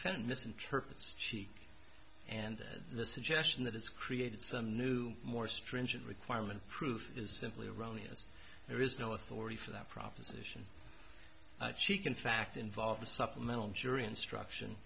offend misinterprets cheek and the suggestion that it's created some new more stringent requirement proof is simply erroneous there is no authority for that proposition cheek in fact involve a supplemental jury instruction